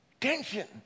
Tension